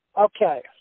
Okay